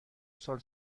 سال